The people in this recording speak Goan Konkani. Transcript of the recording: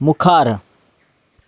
मुखार